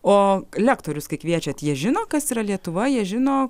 o lektorius kai kviečiat jie žino kas yra lietuva jie žino